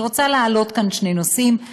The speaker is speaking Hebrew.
אני רוצה להעלות כאן שני נושאים.